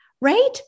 Right